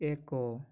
ଏକ